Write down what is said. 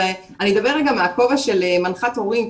אני אדבר רגע מהכובע של מנחת הורים,